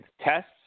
tests